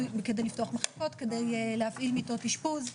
כדי להפעיל מיטות אשפוז.